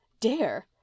Dare